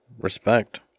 Respect